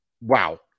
wow